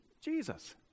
Jesus